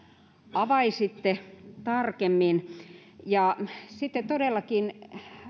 avaisitte tarkemmin sitten todellakin